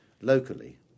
locally